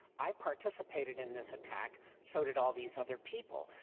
i participated in this attack, so did all these other people.